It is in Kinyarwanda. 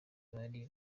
bari